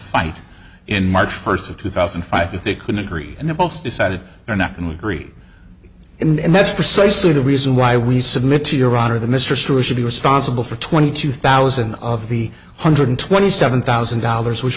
fight in march first of two thousand and five if they couldn't agree and they both decided they're not going to agree in and that's precisely the reason why we submit to your honor the mistress should be responsible for twenty two thousand of the hundred twenty seven thousand dollars which